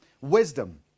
wisdom